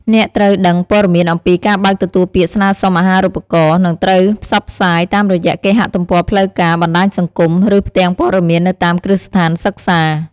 អ្នកត្រូវដឹងព័ត៌មានអំពីការបើកទទួលពាក្យស្នើសុំអាហារូបករណ៍នឹងត្រូវផ្សព្វផ្សាយតាមរយៈគេហទំព័រផ្លូវការ បណ្ដាញសង្គម ឬផ្ទាំងព័ត៌មាននៅតាមគ្រឹះស្ថានសិក្សា។